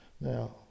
Now